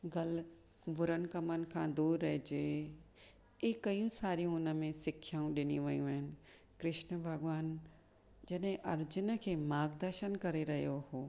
ग़लति बुरनि कमनि खां दूरि रहिजे हीअं करियूं सारियू हुनमें सिखियाऊं ॾिनी वयू आहिनि कृष्ण भॻवान जॾहिं अर्जुन खे मार्ग दर्शन करे रहियो हो